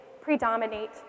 predominate